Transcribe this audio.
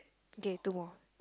okay two more